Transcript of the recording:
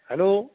hello